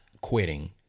quitting